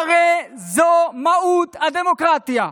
הרי זו מהות הדמוקרטיה.